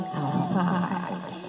outside